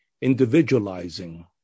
individualizing